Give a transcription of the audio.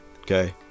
Okay